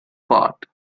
part